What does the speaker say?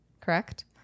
correct